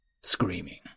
screaming